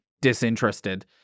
disinterested